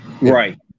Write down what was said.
Right